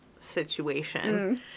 situation